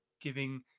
giving